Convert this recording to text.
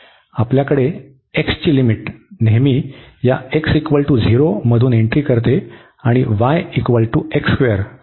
आपल्याकडे x ची limit नेहमी या x0 मधून एंट्री करते आणि y द्वारे बाहेर पडते